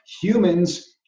Humans